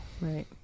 right